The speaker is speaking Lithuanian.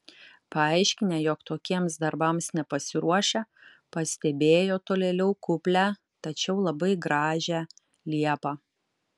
paaiškinę jog tokiems darbams nepasiruošę pastebėjo tolėliau kuplią tačiau labai gražią liepą